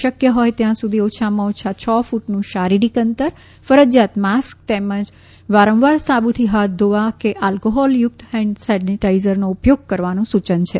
શક્ય હોય ત્યાં સુધી ઓછામાં ઓછા છ ફ્રટનું શારિરીક અંતર ફરજીયાત માસ્ક તેમજ વારંવાર સાબુથી હાથ ધોવા કે આલ્કીહોલ યુક્ત હેન્ડ સેનેટાઇઝરનો ઉપયોગ કરવાનું સુચન છે